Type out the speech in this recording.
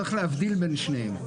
צריך להבדיל בין שניהם.